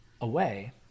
Away